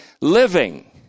living